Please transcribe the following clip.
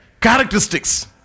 Characteristics